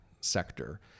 sector